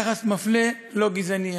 יחס מפלה, לא גזעני.